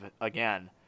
again